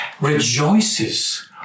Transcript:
rejoices